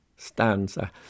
Stanza